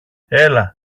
έλα